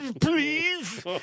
please